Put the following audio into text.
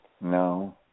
No